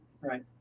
right